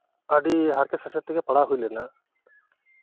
ᱟᱹᱰᱤ ᱦᱟᱨᱠᱮᱛ ᱥᱟᱥᱮᱛ ᱛᱮᱜᱮ ᱯᱟᱲᱦᱟᱣ ᱦᱳᱭ ᱞᱮᱱᱟ